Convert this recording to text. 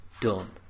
done